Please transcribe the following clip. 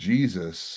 Jesus